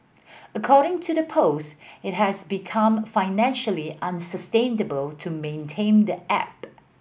according to the post it has become financially unsustainable to maintain the app